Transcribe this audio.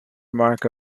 remark